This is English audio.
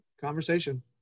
conversation